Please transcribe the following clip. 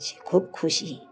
সে খুব খুশি